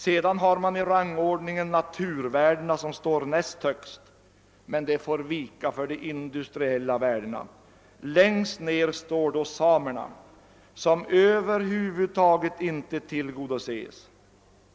Sedan har man i rangordningen naturvärdena, som står näst högst, men de får vika för de industriella värdena. Längst ner står då samerna, som överhuvudtaget inte tillgodoses.